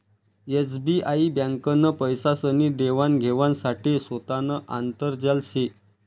SBI ब्यांकनं पैसासनी देवान घेवाण साठे सोतानं आंतरजाल शे